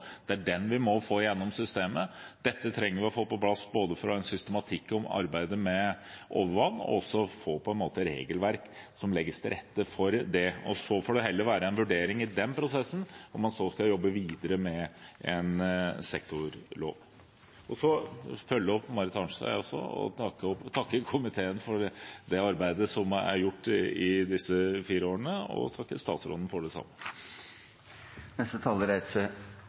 det er det vi må få igjennom i systemet. Dette trenger vi å få på plass, både for å ha en systematikk i arbeidet med overvann og for å få et regelverk som legger til rette for det. Så får det heller være en vurdering i den prosessen om man så skal jobbe videre med en sektorlov. Så vil jeg følge opp det Marit Arnstad sa og takke komiteen for det arbeidet som er gjort i disse fire årene, og takke statsråden for det